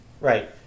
Right